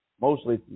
Mostly